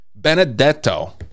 Benedetto